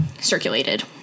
circulated